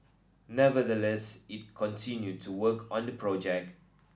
nevertheless it continued to work on the project